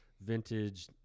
vintage